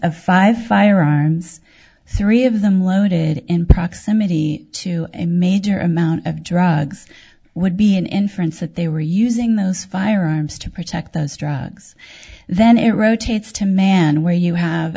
of five firearms three of them loaded in proximity to a major amount of drugs would be an inference that they were using those firearms to protect those drugs then it rotates to man where you